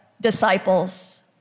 disciples